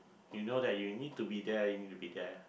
you know that you need to be there you need to be there